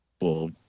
Well-